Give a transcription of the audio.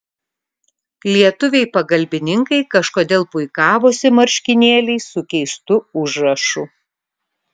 lietuviai pagalbininkai kažkodėl puikavosi marškinėliais su keistu užrašu